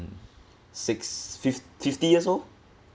six fif~ fifty years old